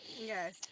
yes